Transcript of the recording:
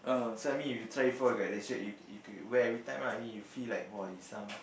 so I mean if you try for you got the shirt you you could wear every time lah I mean you feel like !wah! you some